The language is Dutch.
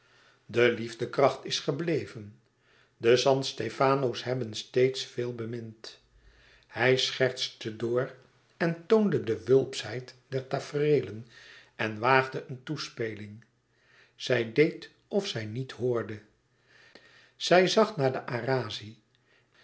vergrauwd de liefdekracht is gebleven de san stefano's hebben steeds veel bemind hij schertste door en toonde de wulpschheid der tafereelen en waagde een toespeling zij deed of zij niet hoorde zij zag naar de arazzi